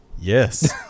Yes